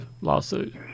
lawsuit